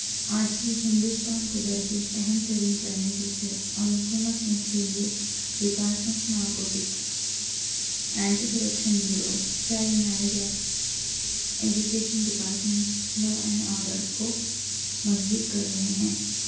آج ہندوستان کو درپیش اہم ترین چیلنجیز ہیں اور حکومت نے اس کے لیے department narcotics anti corruption bureau child marriage act education department law and order کو مضبوط کر رہے ہیں